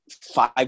five